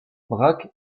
braque